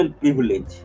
privilege